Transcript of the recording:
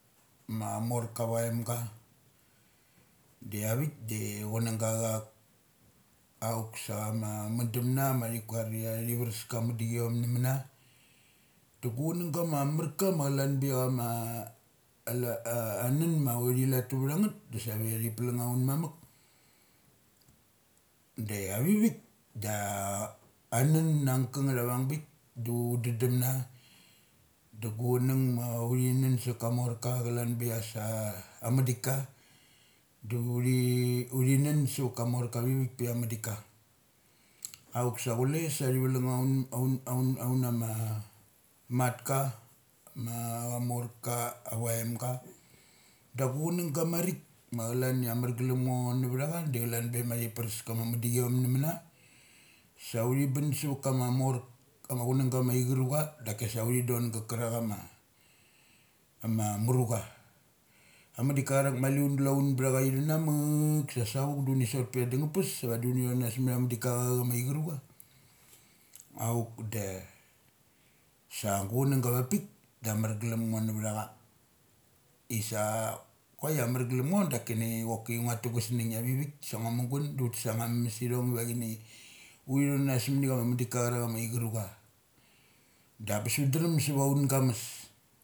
Ma morka avimga. De a vik de a chunanga acha auk. Auk sa chama mundum na mathi kuaria thi varas ka mudichiam nama na, du chunanag ga ma marka ma cala n beia ama alat anun ma uthi lotu vtha ngeth da sa tah ve thi plung aun mamuk da aivivik da annun ang kangeth avangbik du un dun dun na da chunnng ma thinun sa kamor ka calan be ia sa amadik ka dauthi, uthi nun savat kamar orka avivik pe ia madik ka. Auk sa chule sa thi valung aun, aun, aun, aunnama matka ma amorka avain ga. Da chunangga marik ma calania marglum ngo na uthacha da calan be me thi pras kama madichiorn namana, sa uthi bun savakama amor, ama chunang gama aigurucha daksa uthi don ga karak ama, ama murucha. Amadik ka charak ma maili chule un pthacha in na ma uk sa savuk du uni sot pe danga pes da vadi uni thonnana a samadik ka achauk ma ai gurucha. Aukde da sa chunang ga avapik da amarglum ngonat vthaca is a kuai ia amarrglum ngo dakini ngua tugusngun gusnung ia avivik sa ngus mugan sa ngua tes ang ama mesmes ithong va chini thon nanans mani ama madik ka cha rak ama ai gurucha. Da abes un drem suva un games.